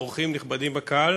אורחים נכבדים בקהל,